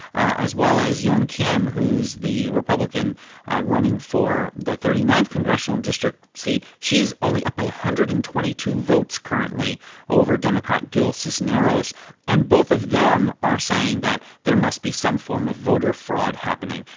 as well as young kim, who's the republican running for the thirty ninth congressional and district seat. she's only up by one hundred and twenty two votes currently over democrat gil cisneros and both of them are saying that there must be some form of voter fraud happening.